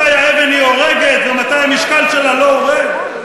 מתי האבן הורגת ומתי המשקל שלה לא הורג?